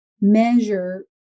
measure